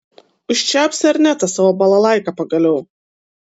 užčiaupsi ar ne tą savo balalaiką pagaliau